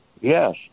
Yes